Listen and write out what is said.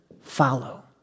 follow